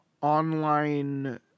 online